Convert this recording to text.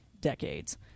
decades